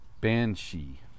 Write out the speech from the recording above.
Banshee